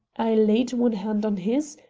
i laid one hand on his,